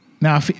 Now